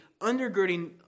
undergirding